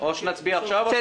להתחדשות עירונית,